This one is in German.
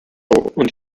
und